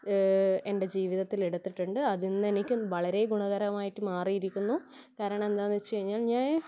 എൻ്റെ ജീവിതത്തിൽ എടുത്തിട്ടുണ്ട് അതിൽ ഇന്ന് എനിക്ക് വളരെ ഗുണകരമായിട്ട് മാറിയിരിക്കുന്നു കാരണം എന്താന്ന് വച്ച് കഴിഞ്ഞാൽ ഞാൻ